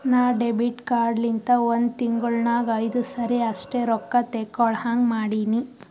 ನಾ debit card ಲಿಂತ ಒಂದ್ ತಿಂಗುಳ ನಾಗ್ ಐಯ್ದು ಸರಿ ಅಷ್ಟೇ ರೊಕ್ಕಾ ತೇಕೊಳಹಂಗ್ ಮಾಡಿನಿ